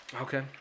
Okay